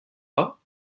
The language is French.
pas